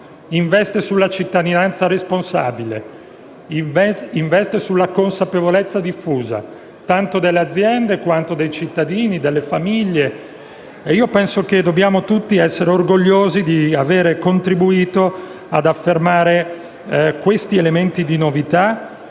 investe sulla cittadinanza responsabile, sulla consapevolezza diffusa, tanto delle aziende, quanto dei cittadini e delle famiglie e penso che dobbiamo tutti essere orgogliosi di aver contributo ad affermare questi elementi di novità.